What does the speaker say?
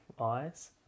eyes